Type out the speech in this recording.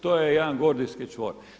To je jedan gordijski čvor.